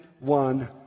one